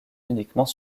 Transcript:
uniquement